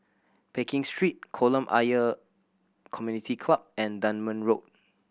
Pekin Street Kolam Ayer Community Club and Dunman Road